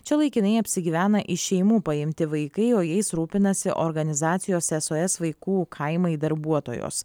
čia laikinai apsigyvena iš šeimų paimti vaikai o jais rūpinasi organizacijos sos vaikų kaimai darbuotojos